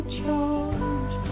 charge